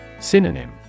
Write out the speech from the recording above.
Synonym